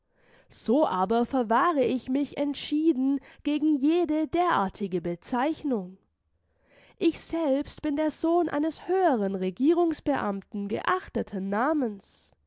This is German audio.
so aber verwahre ich mich entschieden gegen jede derartige bezeichnung ich selbst bin der sohn eines höheren regierungsbeamten geachteten namens